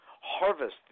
harvest